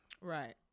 Right